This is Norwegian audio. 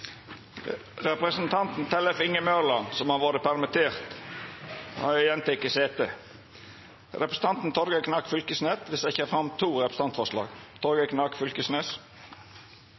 Representanten Tellef Inge Mørland , som har vore permittert, har igjen teke sete. Representanten Torgeir Knag Fylkesnes vil setja fram to representantforslag.